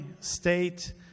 state